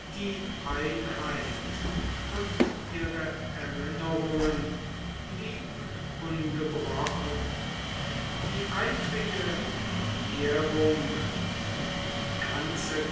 die einheit und ihre erinnerungen blieben ungebrochen die eifrige verehrung die die ganze